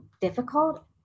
difficult